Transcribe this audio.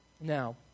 now